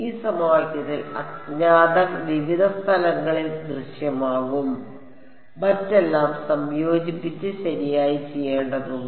ഈ സമവാക്യത്തിൽ അജ്ഞാതർ വിവിധ സ്ഥലങ്ങളിൽ ദൃശ്യമാകും മറ്റെല്ലാം സംയോജിപ്പിച്ച് ശരിയായി ചെയ്യേണ്ടതുണ്ട്